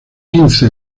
quince